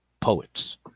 Poets